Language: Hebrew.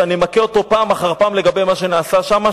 שאני מכה אותו פעם אחר פעם לגבי מה שנעשה שם.